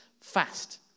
fast